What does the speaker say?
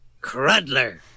Crudler